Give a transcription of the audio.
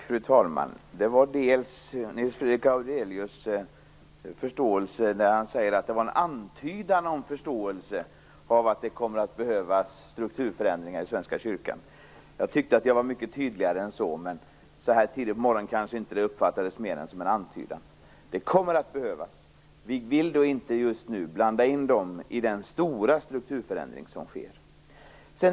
Fru talman! Nils Fredrik Aurelius sade att det i mitt anförande fanns en antydan om förståelse för att det kommer att behövas strukturförändringar i Svenska kyrkan. Jag tyckte att jag var mycket tydligare än så, men så här tidigt på morgonen kanske det inte uppfattades som mer än en antydan. Detta kommer att behövas, men vi vill inte just nu blanda in Svenska kyrkan i den stora strukturförändring som sker i övrigt.